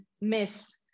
miss